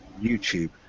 YouTube